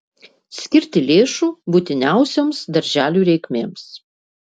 skirti lėšų būtiniausioms darželių reikmėms